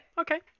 Okay